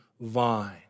vine